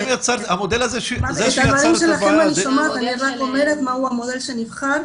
אני רק אומרת מה המודל שנבחר.